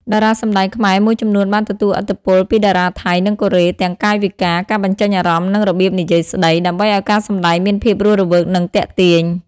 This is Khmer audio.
តារាសម្តែងខ្មែរមួយចំនួនបានទទួលឥទ្ធិពលពីតារាថៃ និងកូរ៉េ ទាំងកាយវិការ ការបញ្ចេញអារម្មណ៍ និងរបៀបនិយាយស្តី ដើម្បីឲ្យការសម្តែងមានភាពរស់រវើកនិងទាក់ទាញ។